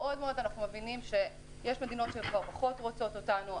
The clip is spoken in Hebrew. אנחנו מבינים שיש מדינות שפחות רוצות אותנו.